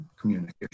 communication